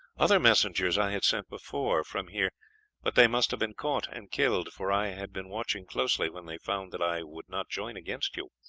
other messengers i had sent before from here but they must have been caught and killed, for i had been watched closely when they found that i would not join against you.